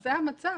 זה המצב,